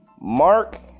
Mark